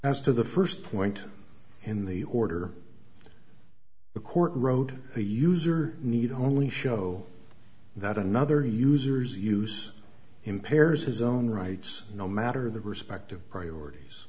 to the first point in the order the court wrote a user need only show that another users use impairs his own rights no matter the respective priorities